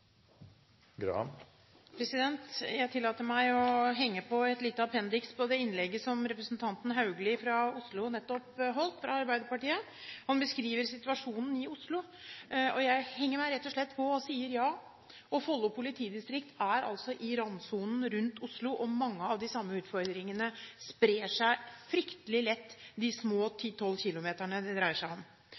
Jeg tillater meg å henge et lite appendiks på det innlegget som representanten Haugli fra Oslo og Arbeiderpartiet nettopp holdt. Han beskriver situasjonen i Oslo, og jeg henger meg rett og slett på og sier ja. Follo politidistrikt er i randsonen rundt Oslo, og mange av de samme utfordringene sprer seg fryktelig lett de små 10–12 kilometerne det dreier seg om.